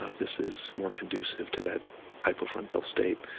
ah this is more conducive to that hypofrontal state.